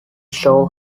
saw